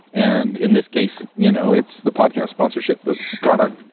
and in this case, you know it's the podcast sponsorship. that's the product,